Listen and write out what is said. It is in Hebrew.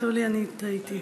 שולי, אני טעיתי.